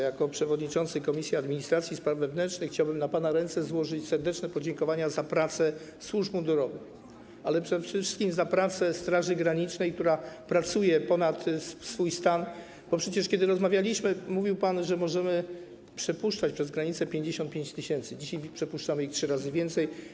Jako przewodniczący Komisji Administracji i Spraw Wewnętrznych chciałbym na pana ręce złożyć serdeczne podziękowania za pracę służb mundurowych, ale przede wszystkim za prace Straży Granicznej, która pracuje ponad swój stan, bo przecież kiedy rozmawialiśmy, mówił pan, że możemy przepuszczać przez granicę 55 tys. osób, dzisiaj przepuszczamy ich trzy razy więcej.